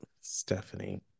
Stephanie